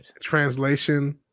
Translation